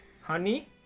Honey